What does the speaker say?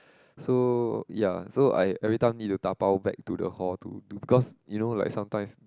so ya so I everytime need to dabao back to the hall to to because you know like sometimes